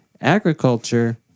Agriculture